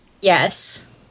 Yes